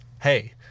Hey